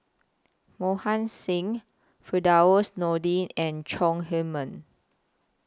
Mohan Singh Firdaus Nordin and Chong Heman